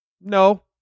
No